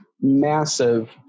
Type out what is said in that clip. massive